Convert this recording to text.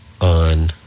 on